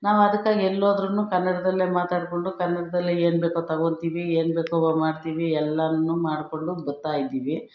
ನಾವದಕ್ಕೆ ಎಲ್ಲಿ ಹೋದ್ರೂ ಕನ್ನಡದಲ್ಲೇ ಮಾತಾಡ್ಕೊಂಡು ಕನ್ನಡದಲ್ಲೇ ಏನ್ಬೇಕೋ ತಗೊತೀವಿ ಏನು ಬೇಕೋ ಮಾಡ್ತೀವಿ ಎಲ್ಲಾನೂ ಮಾಡಿಕೊಂಡು ಬತ್ತಾ ಇದ್ದೀವಿ